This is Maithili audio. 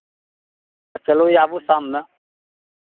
चलू आबू शाममे